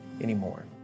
anymore